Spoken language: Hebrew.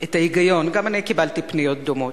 את ההיגיון, גם אני קיבלתי פניות דומות,